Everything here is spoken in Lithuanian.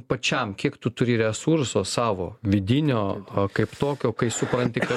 pačiam kiek tu turi resurso savo vidinio o kaip tokio kai supranti kad